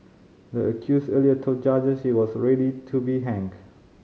the accused earlier told judges she was ready to be hanged